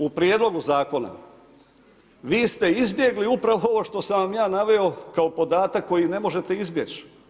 U prijedlogu zakona vi ste izbjegli upravo ovo što sam vam ja naveo kao podatak koji ne možete izbjeći.